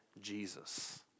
Jesus